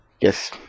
yes